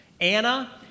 Anna